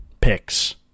picks